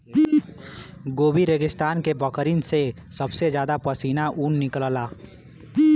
Gobi रेगिस्तान के बकरिन से सबसे जादा पश्मीना ऊन निकलला